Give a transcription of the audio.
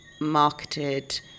marketed